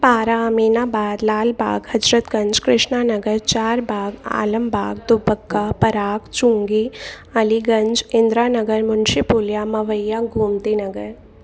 Para Aminabad Lalbagh Hazratganj Krishna Nagar Char Bagh Alambagh Dubagga Parag Chungi Aliganj Indiranagar Munshi Puliya Mawaiya Gomti Nagar